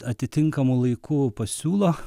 atitinkamu laiku pasiūlo